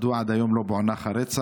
2. מדוע עד היום לא פוענח הרצח?